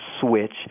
switch